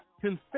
confess